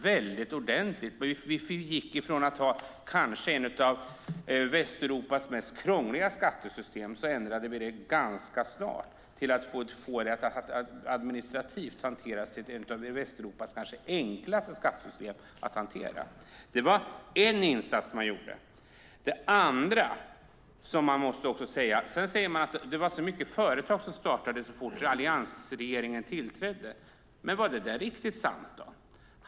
Vi gick från att ha ett av Västeuropas krångligaste skattesystem till att få ett av Västeuropas kanske enklaste skattesystem att hantera. Det var en insats som gjordes. Det sades att många företag startades så fort alliansregeringen tillträdde. Var det riktigt sant?